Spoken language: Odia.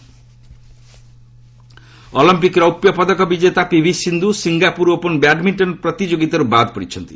ବ୍ୟାଡ୍ମିଣ୍ଟନ ଅଲମ୍ପିକ୍ ରୌପ୍ୟପଦକ ବିଜେତା PV Sindhu Singapore open badminton ପ୍ରତିଯୋଗିତାରୁ ବାଦ୍ ପଡ଼ିଛନ୍ତି